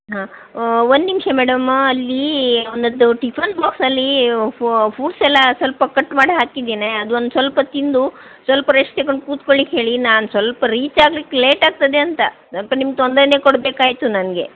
ಹಾಂ ಒಂದು ನಿಮಿಷ ಮೇಡಮ್ಮ ಅಲ್ಲಿ ಅವನದ್ದು ಟಿಫನ್ ಬಾಕ್ಸಲ್ಲಿ ಫೊ ಫ್ರೂಟ್ಸೆಲ್ಲ ಸ್ವಲ್ಪ ಕಟ್ ಮಾಡಿ ಹಾಕಿದ್ದೇನೆ ಅದೊಂದು ಸ್ವಲ್ಪ ತಿಂದು ಸ್ವಲ್ಪ ರೆಸ್ಟ್ ತಗೊಂಡ್ ಕುತ್ಕೊಳ್ಳಿಕ್ಕೆ ಹೇಳಿ ನಾನು ಸ್ವಲ್ಪ ರೀಚಾಗಲಿಕ್ಕೆ ಲೇಟಾಗ್ತದೆ ಅಂತ ಸ್ವಲ್ಪ ನಿಮ್ಗೆ ತೊಂದರೇನೇ ಕೊಡಬೇಕಾಯ್ತು ನನಗೆ